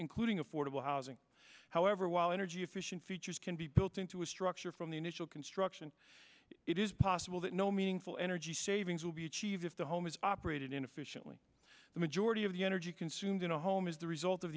including affordable housing however while energy efficient features can be built into a structure from the initial construction it is possible that no meaningful energy savings will be achieved if the home is operated inefficiently the majority of the energy consumed in a home is the result of